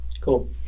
Cool